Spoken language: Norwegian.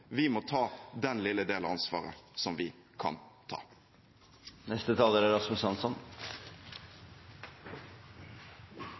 Vi må ta den lille del av ansvaret som vi kan ta. I dag er